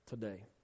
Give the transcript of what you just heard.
today